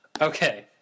Okay